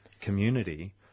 community